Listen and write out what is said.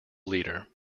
leader